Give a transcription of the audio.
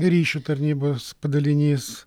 ryšio tarnybos padalinys